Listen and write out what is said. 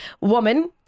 woman